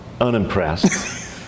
unimpressed